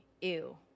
ew